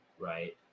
Right